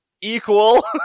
equal